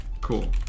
Cool